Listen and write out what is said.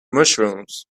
mushrooms